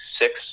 six